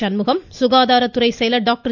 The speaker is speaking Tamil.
சண்முகம் சுகாதார துறை செயலர் டாக்டர்